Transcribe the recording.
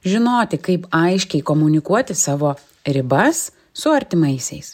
žinoti kaip aiškiai komunikuoti savo ribas su artimaisiais